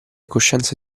coscienza